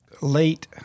late